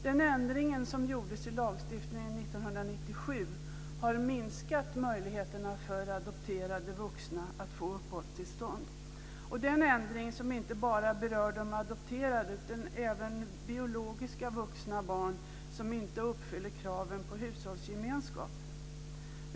Den ändring som gjordes i lagstiftningen 1997 har minskat möjligheterna för adopterade vuxna att få uppehållstillstånd. Det är en ändring som inte bara berör de adopterade utan även biologiska vuxna barn som inte uppfyller kraven på hushållsgemenskap.